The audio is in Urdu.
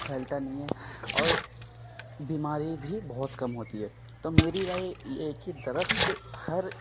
پھیلتا نہیں ہے اور بیماری بھی بہت کم ہوتی ہے تو میری رائے یہ ہے کہ درخت ہر